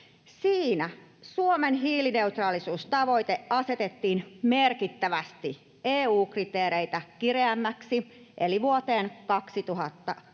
Siinä Suomen hiilineutraalisuustavoite asetettiin merkittävästi EU-kriteereitä kireämmäksi eli vuoteen 2035,